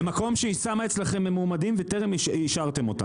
במקום שהיא שמה אצלכם מועמדים וטרם אישרתם אותם.